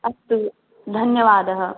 अस्तु धन्यवादः